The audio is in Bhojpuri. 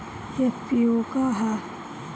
एफ.पी.ओ का ह?